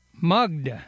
mugged